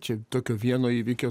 čia tokio vieno įvykio